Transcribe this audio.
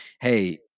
hey